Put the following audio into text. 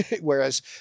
Whereas